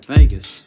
Vegas